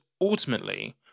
ultimately